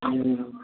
हं